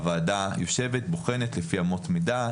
הוועדה יושבת, בוחנת, לפי אמות מידה.